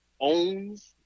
owns